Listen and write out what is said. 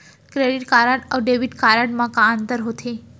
Credit card अऊ debit card मा का अंतर होथे?